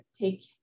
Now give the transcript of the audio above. take